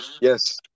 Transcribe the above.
Yes